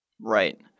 Right